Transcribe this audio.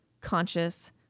conscious